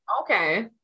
Okay